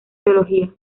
teología